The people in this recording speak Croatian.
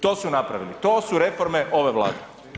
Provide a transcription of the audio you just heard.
To su napravili, to su reforme ove vlade.